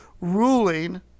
ruling